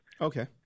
Okay